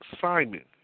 Simon